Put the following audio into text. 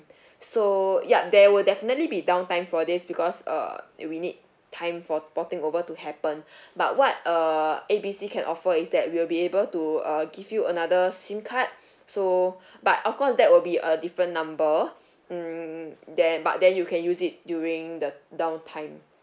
yup there will definitely be downtime for this because uh we need time for porting over to happen but what uh A B C can offer is that we'll be able to uh give you another SIM card so but of course that will be a different number mm then but then you can use it during the downtime